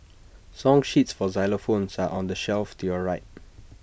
song sheets for xylophones are on the shelf to your right